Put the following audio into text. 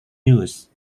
news